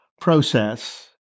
process